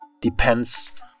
depends